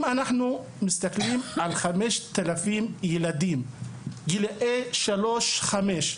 אם אנחנו מסתכלים על 5,000 ילדים בגילאי שלוש עד חמש,